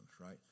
right